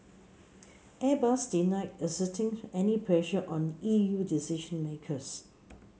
Airbus denied exerting any pressure on E U decision makers